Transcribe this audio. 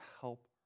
help